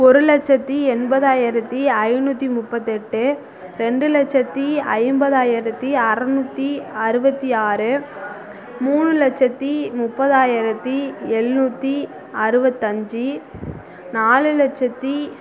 ஒரு லட்சத்தி எண்பதாயிரத்தி ஐந்நூற்றி முப்பத்தெட்டு ரெண்டு லட்சத்தி ஐம்பதாயிரத்தி அறுநூத்தி அறுபத்தி ஆறு மூணு லட்சத்தி முப்பதாயிரத்தி எழுநூற்றி அறுபத்தஞ்சி நாலு லட்சத்தி